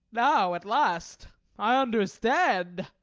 now at last i understand.